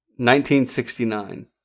1969